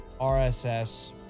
RSS